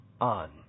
on